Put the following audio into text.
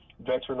veteran